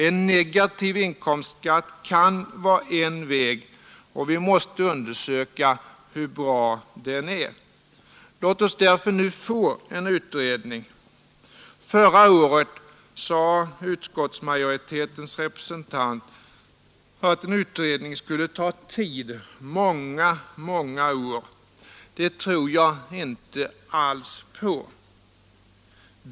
En negativ inkomstskatt kan vara en väg, och vi måste undersöka hur bra den är. Låt oss därför nu få en utredning. Förra året sade utskottsmajoritetens representant att en utredning skulle ta tid många, många år. Det tror jag inte alls på.